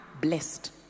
blessed